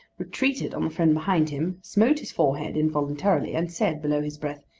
retreated on the friend behind him, smote his forehead involuntarily, and said below his breath,